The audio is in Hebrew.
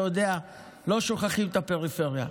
אתה יודע, לא שוכחים את הפריפריה.